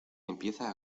empieza